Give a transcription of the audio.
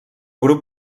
grup